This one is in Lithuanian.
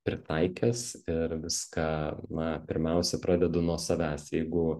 pritaikęs ir viską na pirmiausia pradedu nuo savęs jeigu